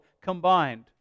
combined